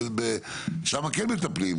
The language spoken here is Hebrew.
שם כן מטפלים,